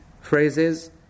phrases